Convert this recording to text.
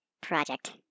project